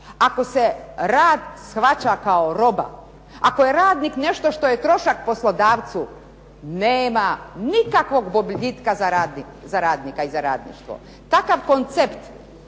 Ako se rad shvaća kao roba, ako je radnik nešto što je trošak poslodavcu nema nikakvog boljitka za radnika i za radništvo. Takav koncept